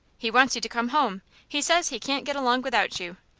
he wants you to come home. he says he can't get along without you.